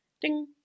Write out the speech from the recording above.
Ding